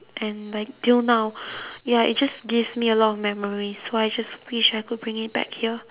and like till now ya it just gives me a lot of memories so I just wish I could bring it back here